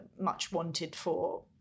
much-wanted-for